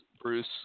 Bruce